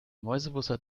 mäusebussard